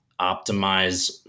optimize